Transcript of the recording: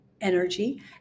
energy